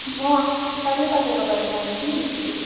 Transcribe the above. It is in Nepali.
म सधैँ तपाईँकोबाट लान्छु नि फिस